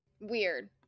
Weird